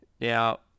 Now